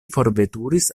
forveturis